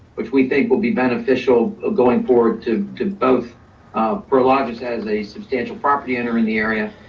which we think will be beneficial going forward to to both for largest has a substantial property owner in the area,